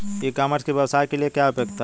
ई commerce की व्यवसाय के लिए क्या उपयोगिता है?